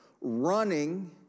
running